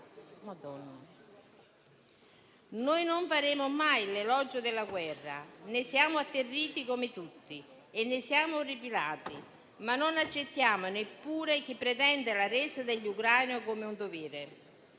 Noi non faremo mai l'elogio della guerra, ne siamo atterriti come tutti e ne siamo orripilati, ma non accettiamo neppure chi pretende la resa degli ucraini come un dovere.